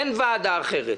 אין ועדה אחרת,